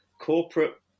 corporate